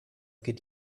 geht